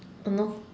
I know